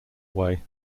way